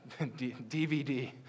DVD